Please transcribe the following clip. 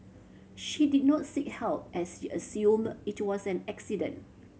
she did not seek help as she assume it was an accident